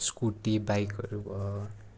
scooty बाइकहरू भयो